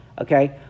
okay